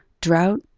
Drought